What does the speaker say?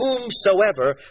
whomsoever